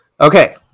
Okay